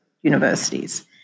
universities